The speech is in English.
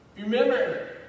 Remember